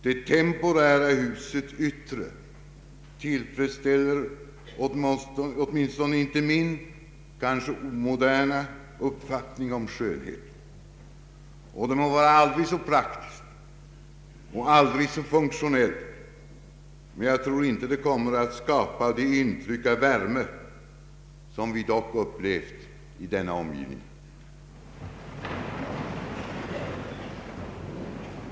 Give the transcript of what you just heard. Det temporära husets yttre tillfredsställer åtminstone in te min kanske omoderna uppfattning om skönhet och det må vara aldrig så praktiskt och aldrig så funktionellt, men jag tror inte det kommer att skapa det intryck av värme som vi dock upplevt i denna omgivning.